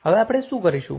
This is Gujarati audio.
હવે આપણે શું કરીશું